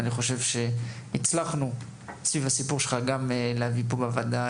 ואני חושב שהצלחנו סביב הסיפור שלך גם להביא לוועדה